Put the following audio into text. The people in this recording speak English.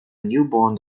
newborn